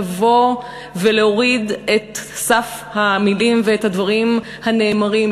לבוא ולהוריד את סף המילים ואת הדברים הנאמרים.